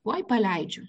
tuoj paleidžiu